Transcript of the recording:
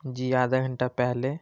جی آدھا گھنٹہ پہلے